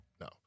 No